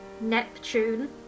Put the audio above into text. Neptune